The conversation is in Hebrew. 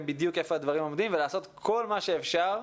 בדיוק איפה הדברים עומדים ולעשות כל מה שאפשר,